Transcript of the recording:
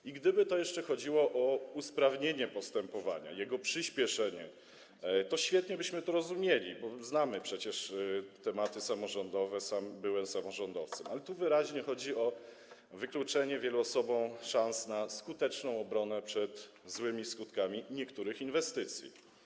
I gdyby to jeszcze chodziło o usprawnienie postępowania, jego przyspieszenie, to świetnie byśmy to rozumieli, bo znamy przecież tematy samorządowe, sam byłem samorządowcem, ale tu wyraźnie chodzi o odebranie wielu osobom szans na skuteczną obronę przed złymi skutkami niektórych inwestycji.